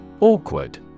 Awkward